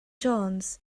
jones